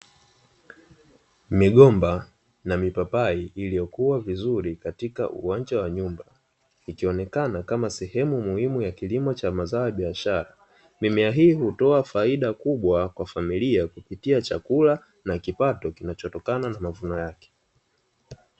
Migomba na Mipapai iliyokua vizuri katika uwanja wa nyumba, ikionekana kama sehemu muhimu ya kilimo cha biashara, mimea hii hutoa faida kubwa kwa familia kupitia chakula na kipato kinachotokana na mavuno yake.